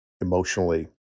emotionally